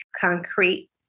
concrete